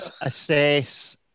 assess